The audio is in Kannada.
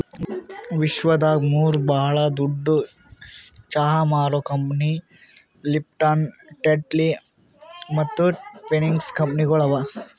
ವಿಶ್ವದಾಗ್ ಮೂರು ಭಾಳ ದೊಡ್ಡು ಚಹಾ ಮಾರೋ ಕಂಪನಿ ಲಿಪ್ಟನ್, ಟೆಟ್ಲಿ ಮತ್ತ ಟ್ವಿನಿಂಗ್ಸ್ ಕಂಪನಿಗೊಳ್ ಅವಾ